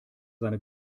seine